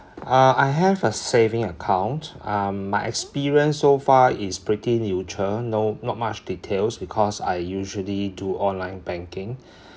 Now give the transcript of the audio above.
uh I have a saving account um my experience so far is pretty neutral no not much details because I usually do online banking